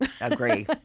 Agree